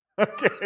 Okay